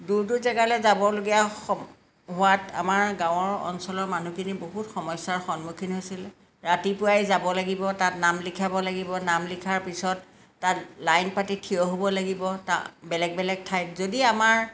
দূৰ দূৰ জেগালৈ যাবলগীয়া স হোৱাত আমাৰ গাঁৱৰ অঞ্চলৰ মানুহখিনি বহুত সমস্যাৰ সন্মুখীন হৈছিলে ৰাতিপুৱাই যাব লাগিব তাত নাম লিখাব লাগিব নাম লিখাৰ পিছত তাত লাইন পাতি থিয় হ'ব লাগিব তা বেলেগ বেলেগ ঠাইত যদি আমাৰ